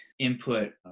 input